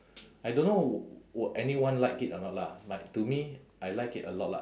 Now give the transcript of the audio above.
I don't know will anyone like it or not lah but to me I like it a lot lah